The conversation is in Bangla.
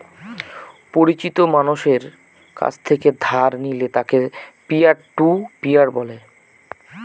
পরিচিত মানষের কাছ থেকে ধার নিলে তাকে পিয়ার টু পিয়ার বলে